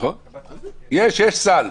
יש סל.